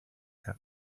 cat